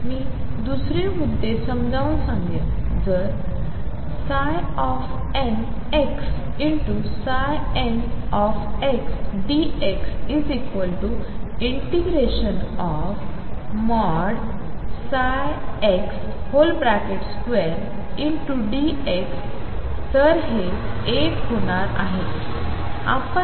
मी दुसरे मुद्दे समजावून सांगेन जरn nxndx ψ2dx तर हे १ होणार आहोत